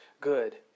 good